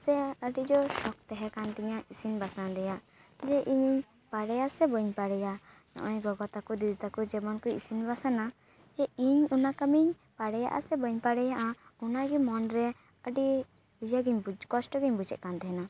ᱥᱮ ᱟᱹᱰᱤ ᱡᱳᱨ ᱥᱚᱠ ᱛᱟᱦᱮᱸ ᱠᱟᱱ ᱛᱤᱧᱟᱹ ᱤᱥᱤᱱ ᱵᱟᱥᱟᱝ ᱨᱮᱭᱟᱜ ᱡᱮ ᱤᱧᱤᱧ ᱯᱟᱨᱮᱭᱟᱜᱼᱟ ᱥᱮ ᱵᱟᱹᱧ ᱯᱟᱨᱮᱭᱟᱜᱼᱟ ᱱᱚᱜᱼᱚᱭ ᱜᱚᱜᱚ ᱛᱟᱠᱚ ᱫᱤᱫᱤ ᱛᱟᱠᱚ ᱡᱮᱢᱚᱱ ᱠᱚ ᱤᱥᱤᱱ ᱵᱟᱥᱟᱱᱟ ᱡᱮ ᱤᱧ ᱚᱱᱟ ᱠᱟᱹᱢᱤᱧ ᱯᱟᱨᱮᱭᱟᱜᱼᱟ ᱥᱮ ᱵᱟᱹᱧ ᱯᱟᱨᱮᱭᱟᱜᱼᱟ ᱚᱱᱟ ᱜᱮ ᱢᱚᱱᱨᱮ ᱟᱹᱰᱤ ᱤᱭᱟᱹ ᱜᱮᱧ ᱠᱚᱥᱜᱴᱚ ᱜᱮᱧ ᱵᱩᱡᱮᱫ ᱠᱟᱱ ᱛᱟᱦᱮᱱᱟ